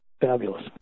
fabulous